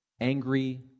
angry